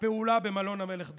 והפעולה במלון המלך דוד,